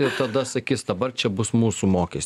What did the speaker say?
ir tada sakys dabar čia bus mūsų mokes